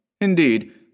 Indeed